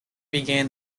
began